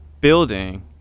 building